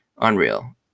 unreal